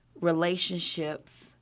relationships